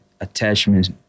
attachments